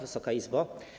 Wysoka Izbo!